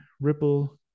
Ripple